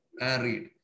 married